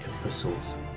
Epistles